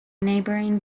neighbouring